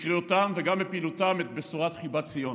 בקריאותיהם וגם בפעילותם את בשורת חיבת ציון.